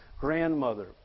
grandmother